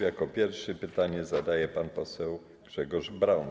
Jako pierwszy pytanie zadaje pan poseł Grzegorz Braun.